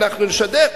אנחנו נשדר.